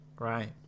Right